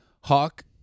Hawk